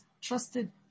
trusted